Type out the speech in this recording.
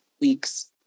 weeks